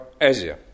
Asia